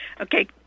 Okay